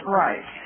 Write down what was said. right